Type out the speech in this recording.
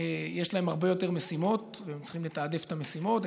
יש להן הרבה יותר משימות והן צריכות לתעדף את המשימות.